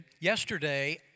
Yesterday